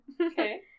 Okay